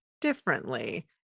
differently